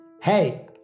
Hey